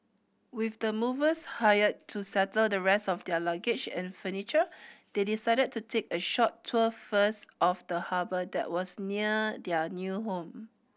with the movers hired to settle the rest of their luggage and furniture they decided to take a short tour first of the harbour that was near their new home